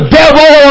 devil